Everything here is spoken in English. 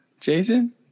Jason